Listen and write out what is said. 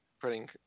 putting